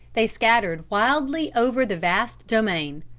they scattered wildly over the vast domain.